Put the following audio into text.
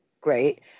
great